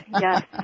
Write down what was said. Yes